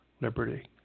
liberty